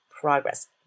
progress